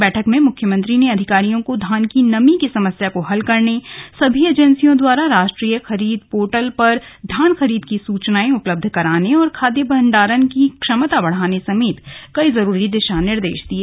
बैठक में मुख्यमंत्री ने अधिकारियों को धान की नमी की समस्या को हल करने सभी एजेंसियों द्वारा राष्ट्रीय खरीद पोर्टल पर पर धान खरीद की सूचनाएं उपलब्ध कराने और खाद्य भण्डारण की क्षमता बढ़ाने समेत कई जरूरी दिशा निर्देश दिये